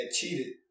cheated